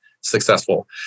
successful